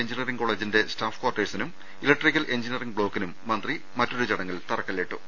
engineering കോളജിന്റെ staff കാർട്ടേഴ്സിനും electrical engineering ബ്ലോക്കി നും മന്ത്രി മറ്റൊരു ചടങ്ങിൽ തറക്കല്ലിട്ടു